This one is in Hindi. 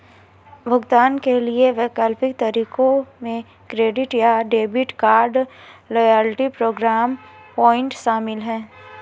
भुगतान के वैकल्पिक तरीकों में क्रेडिट या debit card, loyalty program point शामिल है